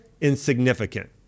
insignificant